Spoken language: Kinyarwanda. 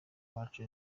wacu